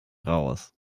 raus